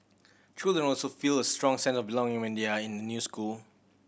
children also feel a strong sense of belonging when they are in a new school